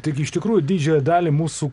taigi iš tikrųjų didžiąją dalį mūsų